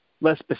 less